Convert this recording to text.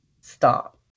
stop